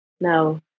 no